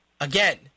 Again